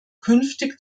künftig